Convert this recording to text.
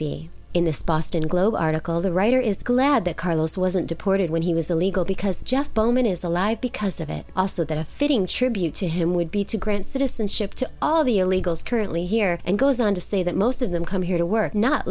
be in this boston globe article the writer is glad that carlos wasn't deported when he was illegal because jeff bowman is alive because of it also that a fitting tribute to him would be to grant citizenship to all of the illegals currently here and goes on to say that most of them come here to work not